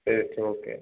paste okay